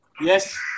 Yes